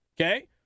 Okay